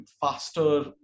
faster